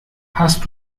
hast